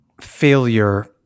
failure